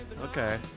okay